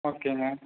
ஓகேங்க